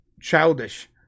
childish